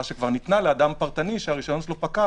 שכבר ניתנה לאדם פרטני שהרשיון שלו פקע